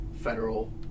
federal